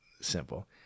simple